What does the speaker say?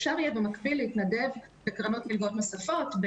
אפשר במקביל לעבוד ולהתנדב בקרנות מלגות נוספות.